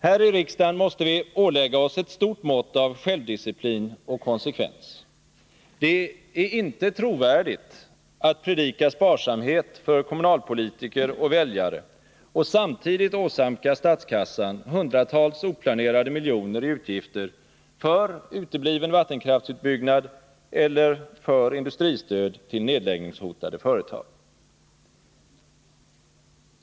Här i riksdagen måste vi ålägga oss ett stort mått av självdisciplin och konsekvens. Det är inte trovärdigt att predika sparsamhet för kommunalpolitiker och väljare, och samtidigt åsamka statskassan hundratals oplanerade miljoner i utgifter för utebliven vattenkraftsutbyggnad eller för industristöd till nedläggningshotade företag.